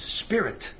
spirit